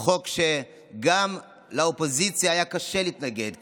חוק שגם לאופוזיציה היה קשה להתנגד לו,